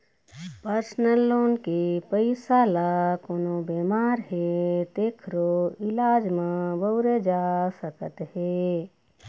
personal loan के पइसा ल कोनो बेमार हे तेखरो इलाज म बउरे जा सकत हे